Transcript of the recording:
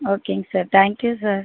ஓகேங்க sir thank you sir